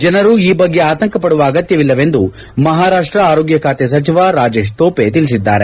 ಜನರು ಈ ಬಗ್ಗೆ ಆತಂಕ ಪಡುವ ಅಗತ್ತವಿಲ್ಲವೆಂದು ಮಹಾರಾಷ್ಟ ಆರೋಗ್ಯ ಖಾತೆ ಸಚಿವ ರಾಜೇಶ್ ತೋಪೆ ತಿಳಿಸಿದ್ದಾರೆ